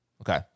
Okay